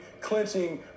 clinching